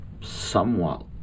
somewhat